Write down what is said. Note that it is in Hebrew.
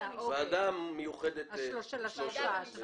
מעבירים לוועדה מיוחדת של השלושה או